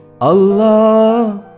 Allah